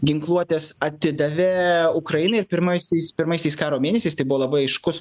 ginkluotės atidavė ukrainai ir pirmaisiais pirmaisiais karo mėnesiais tai buvo labai aiškus